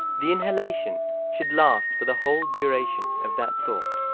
the inhalation should last for the whole duration of that thought.